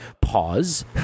pause